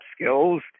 skills